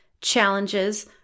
challenges